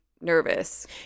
nervous